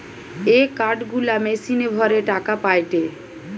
এ card গুলা মেশিনে ভরে টাকা পায়টে